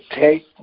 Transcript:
take